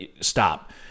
Stop